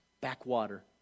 backwater